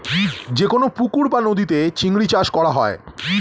যে কোন পুকুর বা নদীতে চিংড়ি চাষ করা হয়